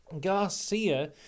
Garcia